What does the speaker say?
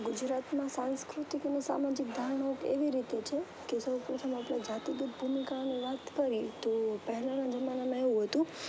ગુજરાતમાં સાંસ્કૃતિકની સામાજિક ધારણાઓ કેવી રીતે છે કે સૌ પ્રથમ આપણે જાતિગત ભૂમિકાની વાત કરીએ તો પહેલાંના જમાના એવું હતું